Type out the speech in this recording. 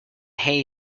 hay